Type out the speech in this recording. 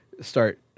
start